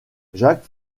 jack